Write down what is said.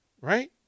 Right